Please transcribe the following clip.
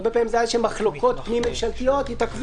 הרבה פעמים זה היה מחלוקות פנים-ממשלתיות שהתעכבו,